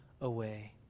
away